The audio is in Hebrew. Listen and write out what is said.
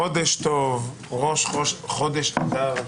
חודש טוב, ראש חודש אדר,